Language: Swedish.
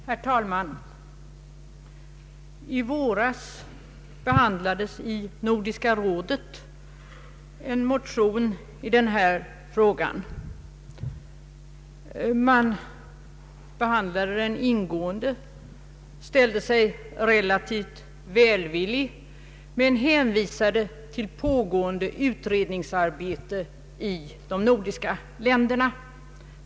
Herr talman! I våras behandlades i Nordiska rådet en motion i denna fråga. Man behandlade den ingående, Man ställde sig relativt välvillig, men hänvisade till pågående utredningsarbete i de nordiska länderna.